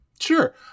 Sure